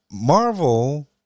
Marvel